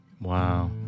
Wow